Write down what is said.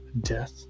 Death